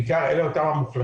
בעיקר אלה המוחלשות,